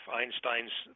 Einstein's